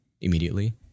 immediately